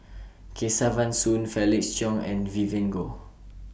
Kesavan Soon Felix Cheong and Vivien Goh